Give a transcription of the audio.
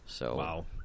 Wow